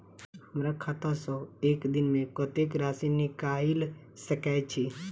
हमरा खाता सऽ एक दिन मे कतेक राशि निकाइल सकै छी